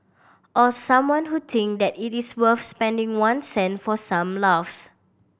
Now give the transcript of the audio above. or someone who think that it is worth spending one cent for some laughs